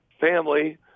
family